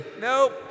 Nope